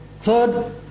Third